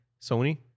Sony